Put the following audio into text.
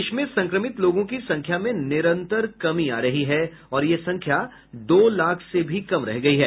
देश में संक्रमित लोगों की संख्या में निरन्तर कमी आ रही है और यह संख्या दो लाख से भी कम रह गई है